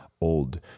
old